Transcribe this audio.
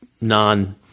non